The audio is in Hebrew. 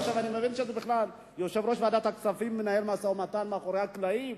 אני מבין שיושב-ראש ועדת הכספים מנהל משא-ומתן מאחורי הקלעים